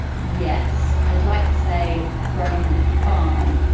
yes, i'd like to say growing up on a farm,